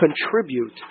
contribute